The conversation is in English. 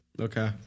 Okay